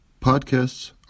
Podcasts